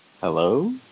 Hello